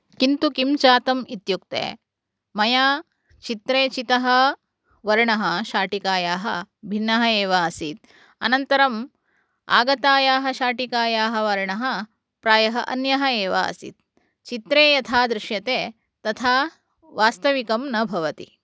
किन्तु किं जातम् इत्युक्ते मया चित्रे चितः वर्णः शाटिकायाः भिन्नः एव आसीत् अनन्तरम् आगतायाः शाटिकायाः वर्णः प्रायः अन्यः एव आसीत् चित्रे यथा दृश्यते तथा वास्तविकं न भवति